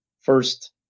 first